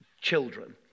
Children